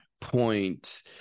point